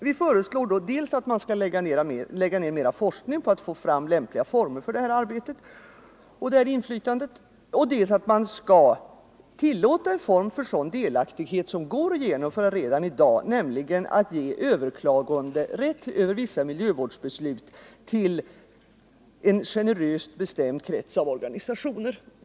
Vi föreslår dels att man skall bedriva mer forskning på att få fram lämpliga former för detta arbete och detta inflytande, dels att man skall tillåta en form för sådan delaktighet som går att genomföra redan i dag, nämligen att ge överklaganderätt över vissa miljövårdsbeslut till en generöst bestämd krets av organisationer.